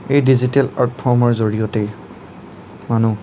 এই digital art ফ'ৰ্মৰ জৰিয়তেই মানুহ